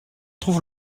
trouve